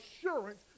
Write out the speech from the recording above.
assurance